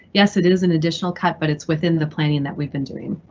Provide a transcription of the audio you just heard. yes, it it is an additional cut, but it's within the planning that we've been doing.